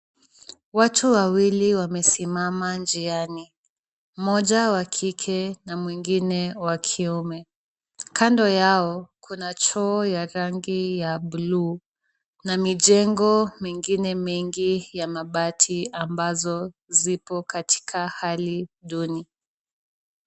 Watu wawili wamesimama njiani. Mmoja wa kike na mwingine wa kiume. Kando yao kuna choo ya rangi ya buluu na mijengo mingine mingi ya mabati ambazo zipo katika hali duni.